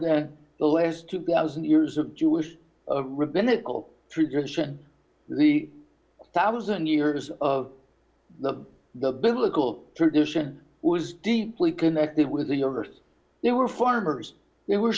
than the last two thousand years of jewish rabbinical tradition the one thousand years of the the biblical tradition was deeply connected with the others they were farmers